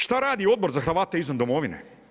Šta radi Odbor za Hrvate izvan domovine?